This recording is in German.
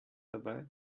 dabei